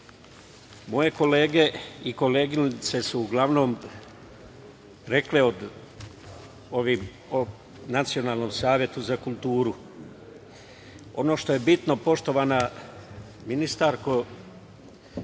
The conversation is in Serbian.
moje kolege i koleginice su uglavnom rekle o Nacionalnom savetu za kulturu. Ono što je bitno, poštovana ministarka,